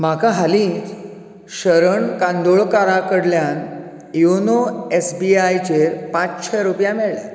म्हाका हालींच शरण कांदोळकारा कडल्यान योनो एस बी आय चेर पांचशें रुपया मेळ्ळे